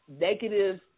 negative